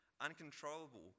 uncontrollable